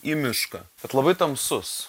į mišką bet labai tamsus